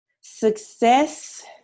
Success